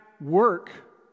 work